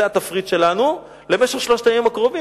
זה התפריט שלנו למשך שלושת הימים הקרובים,